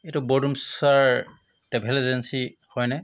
এইটো Bordumsar travel agency হয়নে